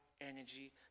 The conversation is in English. energy